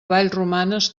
vallromanes